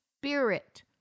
spirit